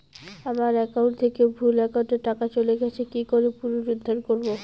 আমার একাউন্ট থেকে ভুল একাউন্টে টাকা চলে গেছে কি করে পুনরুদ্ধার করবো?